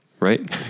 Right